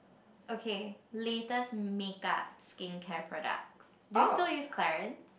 okay latest make-up skincare products do you still use Clarins